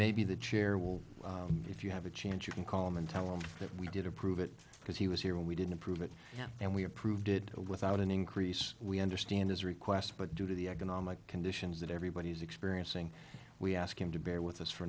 maybe the chair will if you have a chance you can call him and tell him that we did approve it because he was here we did approve it and we approved it without an increase we understand his request but due to the economic conditions that everybody is experiencing we ask him to bear with us for